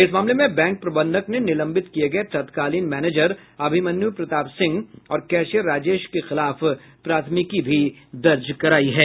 इस मामले में बैंक प्रबंधक ने निलंबित किये गये तत्कालीन मैनेजर अभिमन्यू प्रताप सिंह और कैशियर राजेश के खिलाफ प्राथमिकी भी दर्ज करायी है